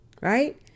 Right